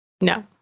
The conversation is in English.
No